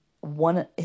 one